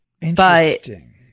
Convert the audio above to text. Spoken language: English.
Interesting